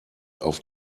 auf